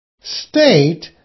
State